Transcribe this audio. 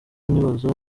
nibaza